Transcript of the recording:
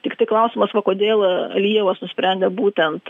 tiktai klausimas va kodėl alijevas nusprendė būtent